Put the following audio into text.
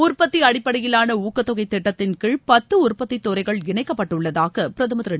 உற்பத்தி அடிப்படையிலாள ஊக்கத் தொகைத் திட்டத்தின் கீழ் பத்து உற்பத்தி துறைகள் இணைக்கப்பட்டுள்ளதாக பிரதமர் திரு